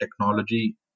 technology